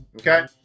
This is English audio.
okay